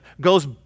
goes